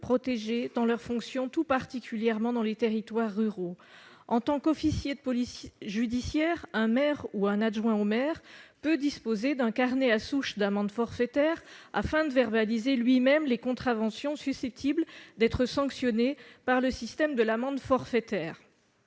protégés dans leurs fonctions, tout particulièrement dans les territoires ruraux. En tant qu'officier de police judiciaire, un maire ou un adjoint au maire peut disposer d'un carnet à souche d'amendes forfaitaires, afin de verbaliser lui-même les contraventions susceptibles d'être sanctionnées par le système de l'amende forfaitaire.